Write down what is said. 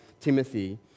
Timothy